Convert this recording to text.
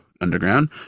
underground